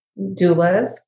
doulas